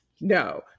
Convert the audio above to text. no